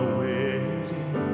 waiting